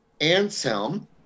Anselm